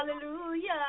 hallelujah